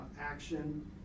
action